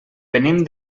venim